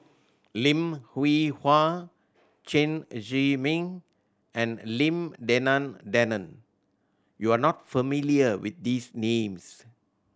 Lim Hwee Hua Chen Zhiming and Lim Denan Denon you are not familiar with these names